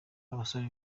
abasore